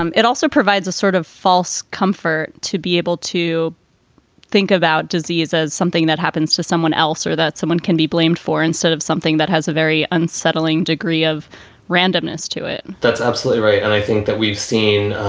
um it also provides a sort of false comfort to be able to think about disease as something that happens to someone else or that someone can be blamed for instead of something that has a very unsettling degree of randomness to it that's absolutely right. and i think that we've seen.